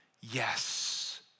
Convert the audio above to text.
yes